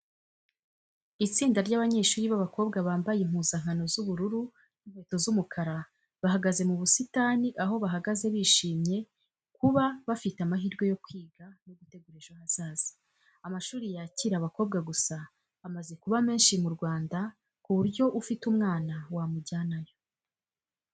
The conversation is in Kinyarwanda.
Itsinda ry'abanyeshuri b'abakobwa bambaye impuzankano z'ubururu n'inkweto z'umukara, bahagaze mu busitani aho bahagaze bishimye kuba bafite amahirwe yo kwiga no gutegura ejo hazaza. Amashuri yakira abakobwa gusa amaze kuba menshi mu Rwanda ku buryo ufite umwana wamujyanayo.